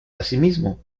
asimismo